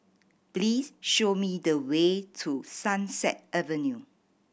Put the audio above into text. please show me the way to Sunset Avenue